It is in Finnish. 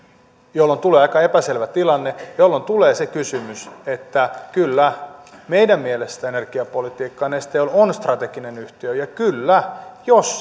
jolloin tulee aika epäselvä tilanne ja jolloin tulee se kysymys että kyllä meidän mielestämme se on energiapolitiikkaa ja neste oil on strateginen yhtiö ja kyllä jos